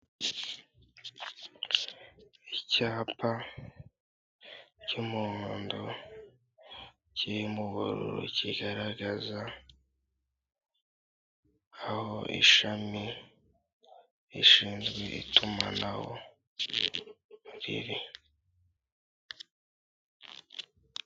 Icyapa cy'umuhondo kirimo ubururu, kigaragaza aho ishami rishinzwe itumanaho riri.